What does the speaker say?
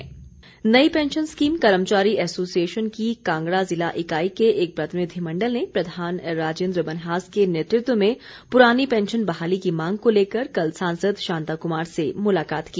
शांता कुमार नई pension scheme कर्मचारी association की कांगड़ा ज़िला इकाई के एक प्रतिनिधिमंडल ने प्रधान राजेन्द्र मन्हास के नेतृत्व में पुरानी पैंशन बहाली की मांग को लेकर कल सांसद शांता कुमार से मुलाकात की